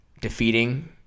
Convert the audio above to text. defeating